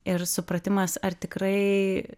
ir supratimas ar tikrai